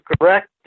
correct